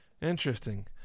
Interesting